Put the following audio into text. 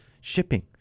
shipping